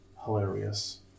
hilarious